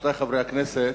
רבותי חברי הכנסת,